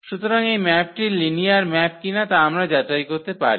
সুতরাং এই ম্যাপটি লিনিয়ার ম্যাপ কিনা তা আমরা যাচাই করতে পারি